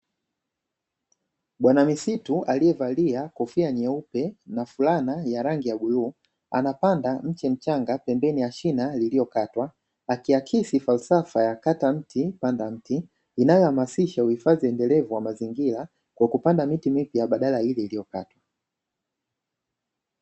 Bwana misitu aliyevalia kofia nyeupe na fulana ya rangi ya bluu, anapanda mche mchanga pembeni ya shina lililokatwa, akihakikisha falsafa ya kata mti panda mti, inayohamasisha uhifadhi endelevu wa mazingira kwa kupanda miti mipya badala ya ile iliyokatwa.